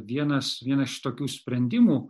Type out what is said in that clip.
vienas vienas iš tokių sprendimų